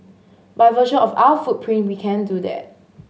by virtue of our footprint we can do that